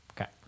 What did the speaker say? Okay